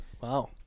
wow